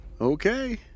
okay